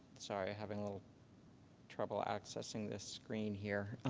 sorry. having a little trouble accessing this screen here.